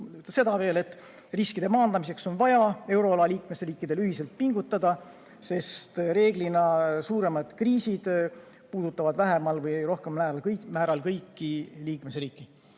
seda veel, et riskide maandamiseks on vaja euroala liikmesriikidel ühiselt pingutada, sest reeglina puudutavad suuremad kriisid vähemal või rohkemal määral kõiki liikmesriike.